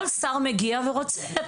כל שר מגיע ורוצה,